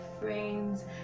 friends